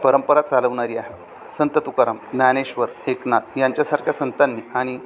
परंपरा चालवणारी आहे संत तुकाराम ज्ञानेश्वर एकनाथ यांच्यासारख्या संतांनी आणि